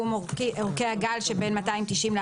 "אורך גל קריטי" אורך גל בתחום אורכי הגל שבין mm290 ו-mm400,